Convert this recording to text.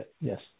Yes